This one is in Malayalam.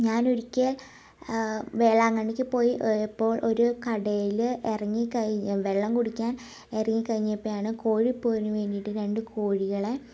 ഞാനൊരിക്കൽ വേളാങ്കണ്ണിക്ക് പോയി പോയപ്പോൾ ഒരു കടയില് ഇറങ്ങിക്കഴിഞ്ഞ് വെള്ളം കുടിക്കാൻ ഇറങ്ങിക്കഴിഞ്ഞപ്പഴാണ് കോഴിപ്പോരിന് വേണ്ടിയിട്ട് രണ്ട് കോഴികളെ